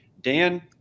dan